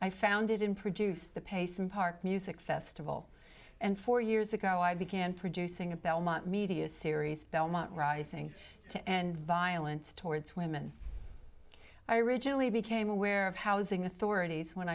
i founded in produce the pay some park music festival and four years ago i began producing a belmont media series belmont rising to end violence towards women i originally became aware of housing authorities when